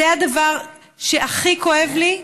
זה הדבר שהכי כואב לי,